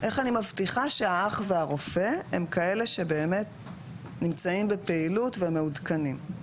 איך אני מבטיחה שהאח והרופא הם כאלה שבאמת נמצאים בפעילות ומעודכנים?